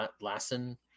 Lassen